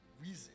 Reason